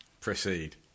Proceed